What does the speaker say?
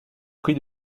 prix